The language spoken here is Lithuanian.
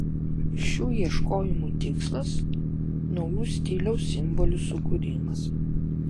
šių ieškojimų tikslas naujų stiliaus simbolių sukūrimas